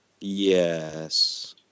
Yes